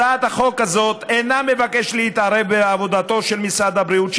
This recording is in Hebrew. הצעת החוק הזאת אינה מבקשת להתערב בעבודתו של משרד הבריאות,